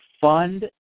fund